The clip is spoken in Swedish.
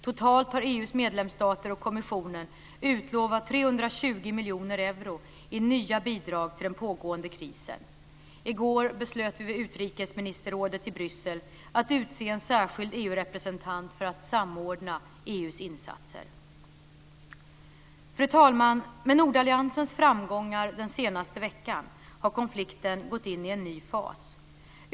Totalt har EU:s medlemsstater och kommissionen utlovat 320 miljoner euro i nya bidrag till den pågående krisen. I går beslöt vi vid utrikesministerrådet i Bryssel att utse en särskild EU-representant för att samordna EU:s insatser. Fru talman! Med nordalliansens framgångar den senaste veckan har konflikten gått in i en ny fas.